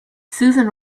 susan